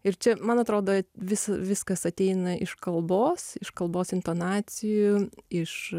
ir čia man atrodo vis viskas ateina iš kalbos iš kalbos intonacijų iš